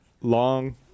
long